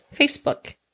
Facebook